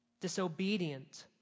disobedient